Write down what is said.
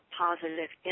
positive